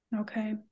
Okay